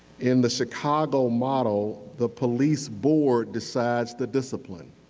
in the chicago model, the police board decides the discipline.